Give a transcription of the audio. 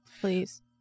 Please